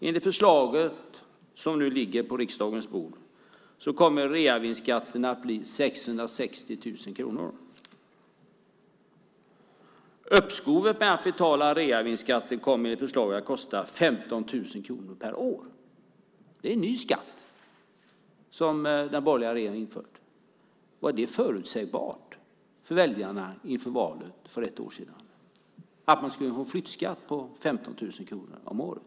Enligt det förslag som nu ligger på riksdagens bord kommer reavinstskatten att bli 660 000 kronor. Uppskovet med att betala reavinstskatten kommer enligt förslaget att kosta 15 000 kronor per år. Det är en ny skatt som den borgerliga regeringen har infört. Var det förutsägbart för väljarna inför valet för ett år sedan att man skulle få en flyttskatt på 15 000 kronor om året?